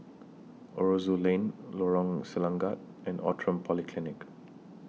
Aroozoo Lane Lorong Selangat and Outram Polyclinic